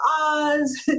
Oz